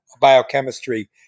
biochemistry